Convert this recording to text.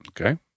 okay